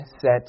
set